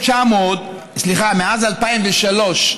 מאז 2003,